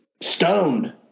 stoned